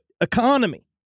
economy